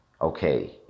okay